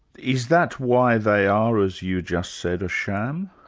is that why they areas you just said, a sham?